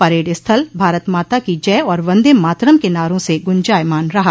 parade स्थल भारत माता की जय और बन्देमातरम के नारों से गूंजायमान रहा